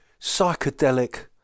psychedelic